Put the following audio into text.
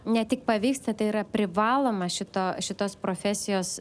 ne tik pavyksta tai yra privaloma šito šitos profesijos